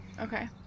Okay